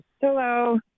Hello